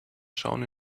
shown